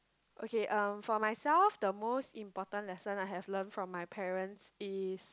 okay uh for myself the most important lesson I have learnt from my parents is